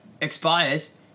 expires